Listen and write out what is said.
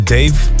Dave